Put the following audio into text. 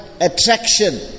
attraction